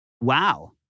Wow